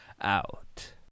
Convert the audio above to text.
out